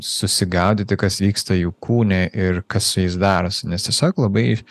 susigaudyti kas vyksta jų kūne ir kas darosi nes tiesiog labai